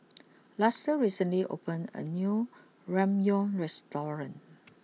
Luster recently opened a new Ramyeon restaurant